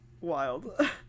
wild